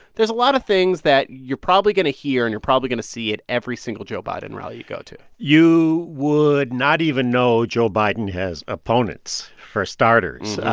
there's a lot of things that you're probably going to hear and you're probably going to see at every single joe biden rally you go to you would not even know joe biden has opponents, for starters,